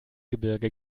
gebirge